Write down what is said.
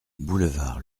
boulevard